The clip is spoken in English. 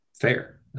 fair